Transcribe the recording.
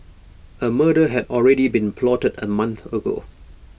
A murder had already been plotted A month ago